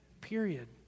period